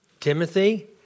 Timothy